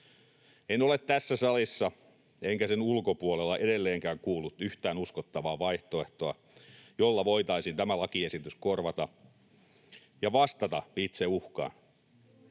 En ole tässä salissa enkä sen ulkopuolella edelleenkään kuullut yhtään uskottavaa vaihtoehtoa, jolla voitaisiin tämä lakiesitys korvata ja vastata itse uhkaan.